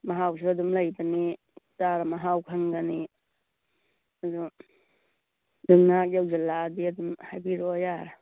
ꯃꯍꯥꯎꯁꯨ ꯑꯗꯨꯝ ꯂꯩꯕꯅꯤ ꯆꯥꯔ ꯃꯍꯥꯎ ꯈꯪꯒꯅꯤ ꯑꯗꯨ ꯌꯧꯁꯤꯜꯂꯛꯑꯗꯤ ꯑꯗꯨꯝ ꯍꯥꯏꯕꯤꯔꯛꯑꯣ ꯌꯥꯔꯦ